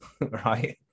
right